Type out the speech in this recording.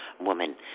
Woman